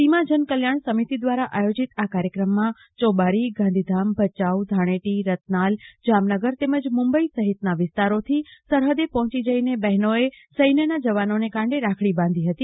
સીમા જન કલ્યાણ સમિતિ દ્વારા આયોજિત આ કાર્યક્રમમાં યોબારી ગાંધીધામ ભયાઉ ધાણેટી રતનાલ જામનગર તેમજ મુંબઈ સહિતના વિસ્તારોથી સરફદે પહોંચી જઈને બહેનોએ સૈન્યના જવાનોના કાંડે રાખડી બાંધી હતી